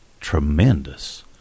tremendous